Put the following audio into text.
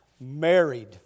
married